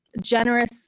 generous